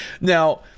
Now